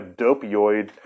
dopioid